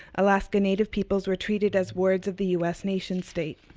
alaskan native peoples were treated as wards of the u s. nation state.